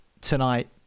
tonight